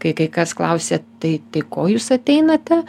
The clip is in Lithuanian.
kai kai kas klausia tai tai ko jūs ateinate